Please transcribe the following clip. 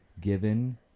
given